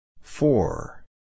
four